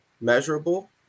measurable